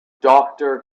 doctor